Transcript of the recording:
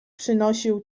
przynosił